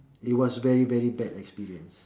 it was very very bad experience